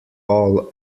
all